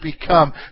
become